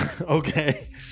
Okay